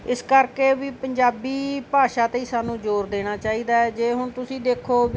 ਇਸ ਕਰਕੇ ਵੀ ਪੰਜਾਬੀ ਭਾਸ਼ਾ 'ਤੇ ਹੀ ਸਾਨੂੰ ਜ਼ੋਰ ਦੇਣਾ ਚਾਹੀਦਾ ਹੈ ਜੇ ਹੁਣ ਤੁਸੀਂ ਦੇਖੋ ਵੀ